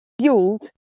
fueled